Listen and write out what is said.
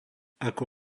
ako